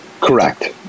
Correct